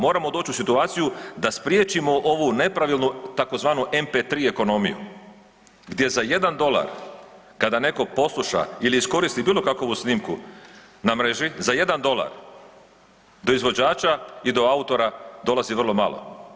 Moramo doći u situaciju da spriječimo ovu nepravilnu tzv. MP3 ekonomiju, gdje za jedan dolar kada netko posluša ili iskoristi bilo kakovu snimku na mreži za jedan dolar do izvođača i do autora dolazi vrlo malo.